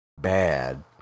bad